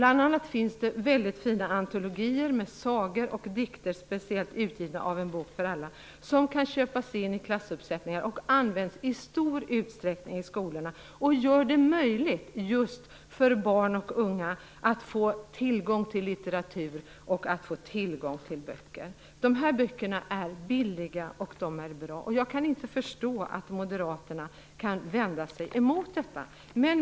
Det finns bl.a. väldigt fina antologier med sagor och dikter som utgivits speciellt av En bok för alla, som kan köpas in i klassuppsättningar. De används i stor utsträckning i skolorna och gör det möjligt just för barn och unga att få tillgång till litteratur och att få tillgång till böcker. Dessa böcker är billiga, och de är bra. Jag kan inte förstå att Moderaterna kan vända sig emot detta.